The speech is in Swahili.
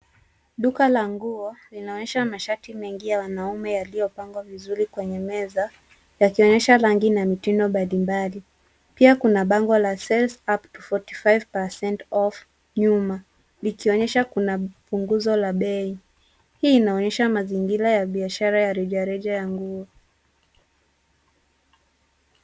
Duka la nguo, linaonyesha mashati mengi ya wanaume yaliopangwa vizuri kwenye meza, yakionyesha rangi na mitindo mbadimbali. Pia kuna bango la sales up to 45% off nyuma. Likionyesha kuna punguzo la bei. Hii inaonyesha mazingira ya biashara ya rejareja ya nguo.